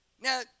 Now